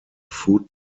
foot